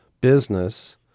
business